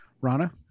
Rana